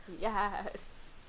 Yes